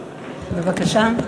בבקשה.